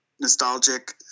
nostalgic